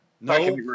no